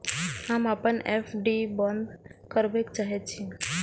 हम अपन एफ.डी बंद करबा के चाहे छी